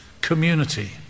community